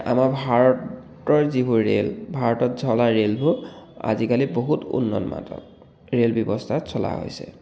আমাৰ ভাৰতৰ যিবোৰ ৰে'ল ভাৰতত চলা ৰে'লবোৰ আজিকালি বহুত উন্নতমানৰ ৰে'ল ব্যৱস্থাত চলা হৈছে